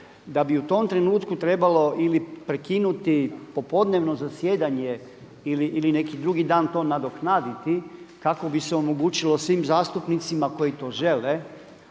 da bi u tom trenutku trebalo ili prekinuti popodnevno zasjedanje ili neki drugi dan to nadoknaditi kako bi se omogućilo svim zastupnicima koji to žele